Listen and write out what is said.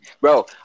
bro